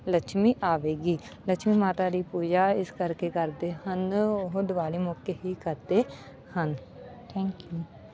ਲੱਛਮੀ ਆਵੇਗੀ ਲੱਛਮੀ ਮਾਤਾ ਦੀ ਪੂਜਾ ਇਸ ਕਰਕੇ ਕਰਦੇ ਹਨ ਉਹ ਦੀਵਾਲੀ ਮੌਕੇ ਹੀ ਕਰਦੇ ਹਨ ਥੈਂਕ ਯੂ